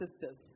sisters